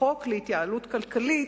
החוק להתייעלות כלכלית,